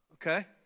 Okay